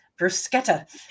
bruschetta